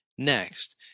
Next